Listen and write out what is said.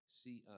see